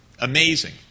amazing